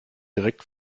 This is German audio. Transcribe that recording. direkt